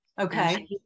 Okay